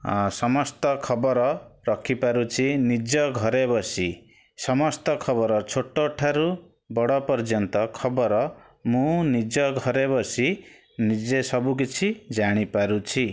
ଆ ସମସ୍ତ ଖବର ରଖିପାରୁଛି ନିଜ ଘରେ ବସି ସମସ୍ତ ଖବର ଛୋଟଠାରୁ ବଡ଼ ପର୍ଯ୍ୟନ୍ତ ଖବର ମୁଁ ନିଜ ଘରେ ବସି ନିଜେ ସବୁ କିଛିି ଜାଣିପାରୁଛି